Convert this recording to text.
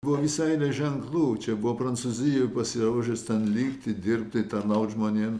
buvo visai ne ženklų čia buvo prancūzijoj pasiruošęs ten likti dirbti tarnauti žmonėm